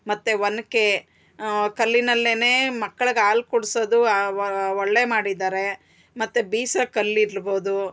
ಮತ್ತು ಒನಕೆ ಕಲ್ಲಿನಲ್ಲೆ ಮಕ್ಳಿಗ್ ಹಾಲ್ ಕುಡ್ಸೊದು ಒಳ್ಳೆ ಮಾಡಿದ್ದಾರೆ ಮತ್ತು ಬೀಸೋ ಕಲ್ಲಿರ್ಬೋದು